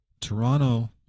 Toronto